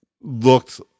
looked